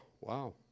wow